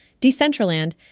Decentraland